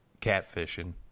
catfishing